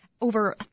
over